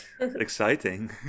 Exciting